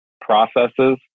processes